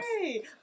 Hey